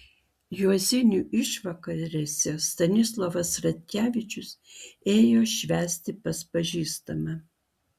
juozinių išvakarėse stanislovas ratkevičius ėjo švęsti pas pažįstamą